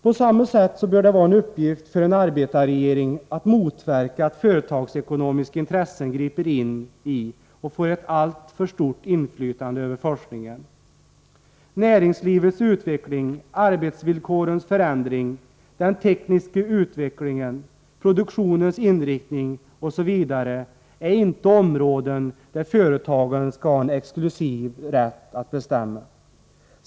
På samma sätt bör det vara en uppgift för en arbetarregering att motverka att företagsekonomiska intressen griper in i och får ett alltför stort inflytande över forskningen. Näringslivets utveckling, arbetsvillkorens förändring, den tekniska utvecklingen, produktionens inriktning osv. är områden där inte företagen skall ha en exklusiv rätt att bestämma.